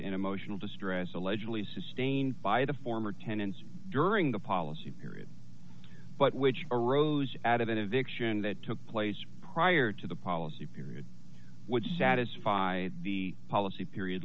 and emotional distress allegedly sustained by the former tenants during the policy period but which arose out of an eviction that took place prior to the policy period which satisfy the policy period